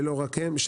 ולא רק הם,